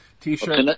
T-shirt